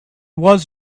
was